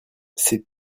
c’est